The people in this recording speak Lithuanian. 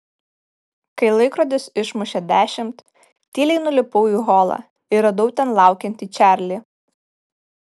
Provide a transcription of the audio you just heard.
kai laikrodis išmušė dešimt tyliai nulipau į holą ir radau ten laukiantį čarlį